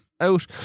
out